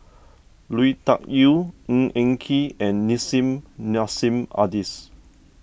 Lui Tuck Yew Ng Eng Kee and Nissim Nassim Adis